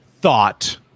thought